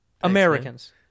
americans